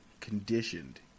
conditioned